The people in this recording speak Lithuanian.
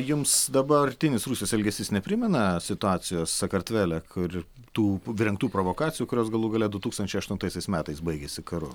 jums dabartinis rusijos elgesys neprimena situacijos sakartvele kur tų rengtų provokacijų kurios galų gale du tūkstančiai aštuntaisiais metais baigėsi karu